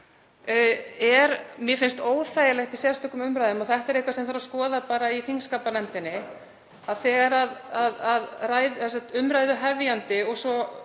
Mér finnst t.d. óþægilegt í sérstökum umræðum, og þetta er eitthvað sem þarf að skoða í þingskapanefndinni, að þegar málshefjandi og svo